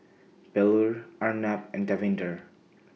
Bellur Arnab and Davinder